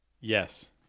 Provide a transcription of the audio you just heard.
Yes